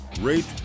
rate